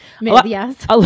yes